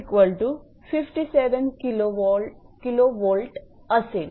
𝑉057 𝑘𝑉 असेल